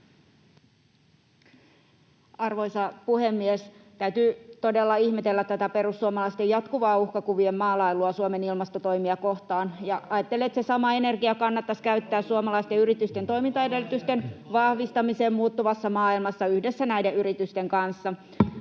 Arvoisa puhemies! Täytyy todella ihmetellä tätä perussuomalaisten jatkuvaa uhkakuvien maalailua Suomen ilmastotoimia kohtaan, [Toimi Kankaanniemi: Päinvastoin!] ja ajattelen, että se sama energia kannattaisi käyttää suomalaisten yritysten toimintaedellytysten vahvistamiseen [Petri Hurun välihuuto] muuttuvassa maailmassa yhdessä näiden yritysten kanssa.